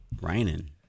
Raining